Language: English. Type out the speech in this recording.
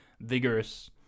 vigorous